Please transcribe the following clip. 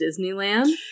Disneyland